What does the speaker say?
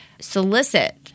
solicit